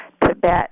Tibet